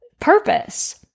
purpose